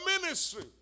ministry